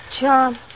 John